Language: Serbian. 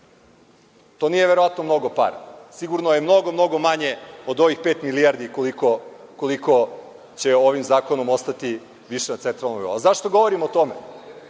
To nije verovatno mnogo para, sigurno je mnogo, mnogo manje od ovih pet milijardi koliko će ovim zakonom ostati.Zašto govorim o tome?